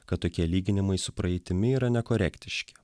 kad tokie lyginimai su praeitimi yra nekorektiški